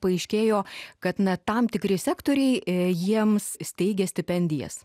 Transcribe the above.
paaiškėjo kad na tam tikri sektoriai jiems steigia stipendijas